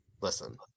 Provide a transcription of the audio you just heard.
listen